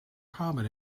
common